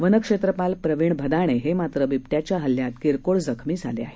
वनक्षेत्रपाल प्रवीण भदाणे हे मात्र बिबट्याच्या हल्ल्यात किरकोळ जखमी झाले आहेत